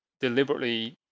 deliberately